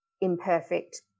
imperfect